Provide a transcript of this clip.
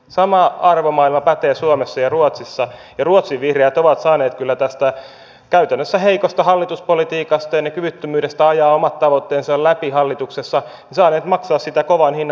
sama arvomaailma pätee suomessa ja ruotsissa ja ruotsin vihreät ovat kyllä tästä käytännössä heikosta hallituspolitiikasta ja kyvyttömyydestä ajaa omat tavoitteensa läpi hallituksessa saaneet maksaa kovan hinnan